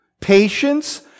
patience